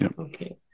okay